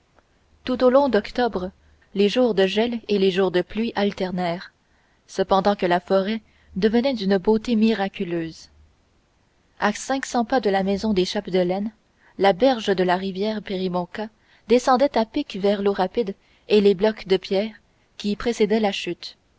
tout au long d'octobre les jours de gel et les jours de pluie alternèrent cependant que la forêt devenait d'une beauté miraculeuse à cinq cents pas de la maison des chapdelaine la berge de la rivière péribonka descendait à pic vers l'eau rapide et les blocs de pierre qui précédaient la chute